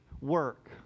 work